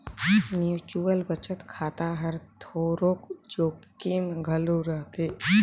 mutual बचत खाता हर थोरोक जोखिम घलो रहथे